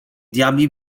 diabli